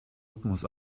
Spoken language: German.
rhythmus